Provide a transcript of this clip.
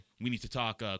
we-need-to-talk